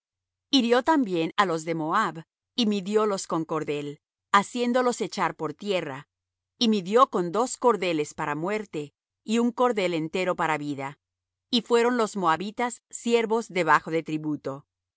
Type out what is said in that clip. hirió también á los de moab y midiólos con cordel haciéndolos echar por tierra y midió con dos cordeles para muerte y un cordel entero para vida y fueron los moabitas siervos debajo de tributo